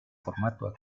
formato